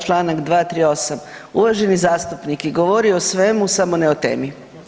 Članak 238. uvaženi zastupnik je govorio o svemu samo ne o temi.